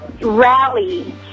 Rally